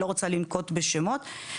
לא רוצה לנקוב בשמות.